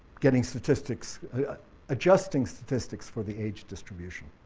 getting statistics adjusting statistics for the age distribution.